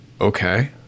okay